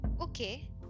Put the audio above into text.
Okay